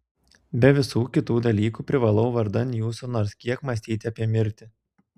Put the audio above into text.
be visų kitų dalykų privalau vardan jūsų nors kiek mąstyti apie mirtį